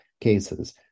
cases